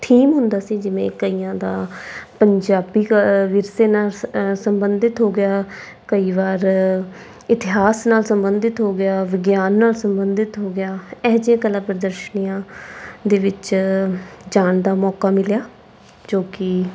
theme ਹੁੰਦਾ ਸੀ ਜਿਵੇਂ ਕਈਆਂ ਦਾ ਪੰਜਾਬੀ ਕ ਵਿਰਸੇ ਨਾਲ ਸ ਸੰਬੰਧਿਤ ਹੋ ਗਿਆ ਕਈ ਵਾਰ ਇਤਿਹਾਸ ਨਾਲ ਸੰਬੰਧਿਤ ਹੋ ਗਿਆ ਵਿਗਿਆਨ ਨਾਲ ਸੰਬੰਧਿਤ ਹੋ ਗਿਆ ਇਹੋ ਜਿਹੀਆਂ ਕਲਾ ਪ੍ਰਦਰਸ਼ਨੀਆਂ ਦੇ ਵਿੱਚ ਜਾਣ ਦਾ ਮੌਕਾ ਮਿਲਿਆ ਜੋ ਕਿ